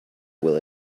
will